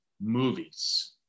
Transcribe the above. movies